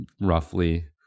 roughly